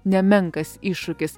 nemenkas iššūkis